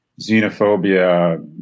xenophobia